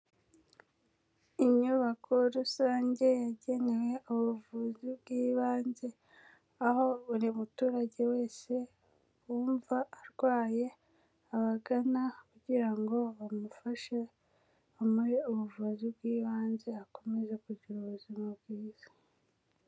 Inyubako rusange yagenewe ubuvuzi bw'ibanze, aho buri muturage wese wumva arwaye abagana kugira ngo bamufashe, bamuhe ubuvuzi bw'ibanze akomeze kugira ubuzima bwiza.